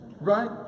Right